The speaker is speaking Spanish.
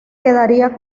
quedaría